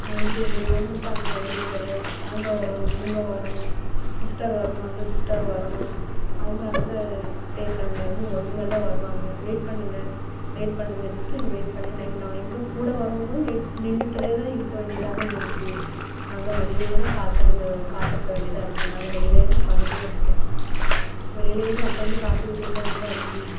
அனுப்பிவிடுவோனுட்டு அந்த ஒரு இது கிடையாது அவங்க வரணும் இவங்க வரணும் சிஸ்டர் வரணும் அந்த சிஸ்டர் வரணும் அவங்க அங்கே போயிருக்காங்க இன்னும் இதுக்குமேலே தான் வருவாங்க வெயிட் பண்ணுங்கள் வெயிட் பண்ணுங்கன்ட்டு வெயிட் பண்ணி எங்கள் நாங்கள் எங்கள்கூட வரவங்களும் வெயிட் நின்றுட்டேதான் இருக்கவேண்டியதாக இருக்கு நாங்கள் வெளியிலயே தான் காத்திருந்து காத்து இருக்க வேண்டியதாயிருக்கு நாங்கள் வெளியிலயே தான் உட்காந்துட்டே இருப்போம் வெளியிலயே தான் உட்காந்து காத்துகிட்டு இருக்க வேண்டியதாக இருக்கு